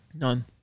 None